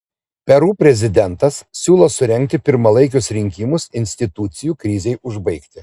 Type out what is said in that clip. peru prezidentas siūlo surengti pirmalaikius rinkimus institucijų krizei užbaigti